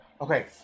okay